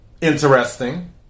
interesting